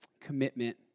commitment